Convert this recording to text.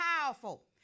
powerful